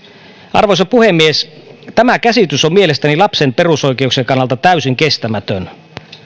arvoisa puhemies tämä käsitys on mielestäni lapsen perusoikeuksien kannalta täysin kestämätön